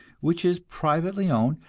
which is privately owned,